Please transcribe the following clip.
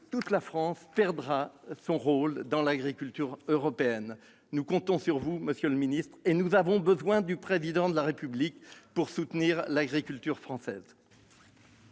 ; la France perdra sa place dans l'agriculture européenne. Nous comptons sur vous, monsieur le ministre, et nous avons besoin du Président de la République pour soutenir l'agriculture française.